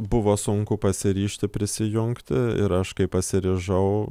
buvo sunku pasiryžti prisijungti ir aš kai pasiryžau